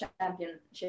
championship